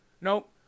nope